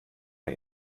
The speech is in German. mir